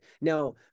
Now